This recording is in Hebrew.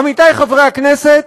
עמיתיי חברי הכנסת,